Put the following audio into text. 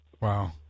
Wow